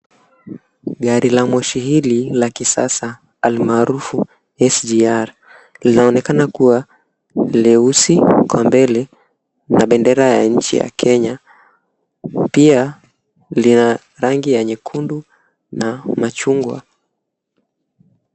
Gari la Moshi hili la kisasa alimaarufu SGR linaonekana kuwa leusi kwa mbele na bendera ya nchi Kenya. Pia lina rangi ya nyekundu na machungwa.